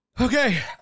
Okay